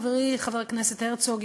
חברי חבר הכנסת הרצוג,